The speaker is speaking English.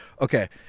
Okay